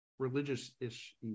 religious-ish